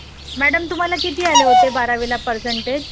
madam तुम्हाला किती आले होते बारावीला पर्सेंटेज